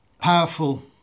powerful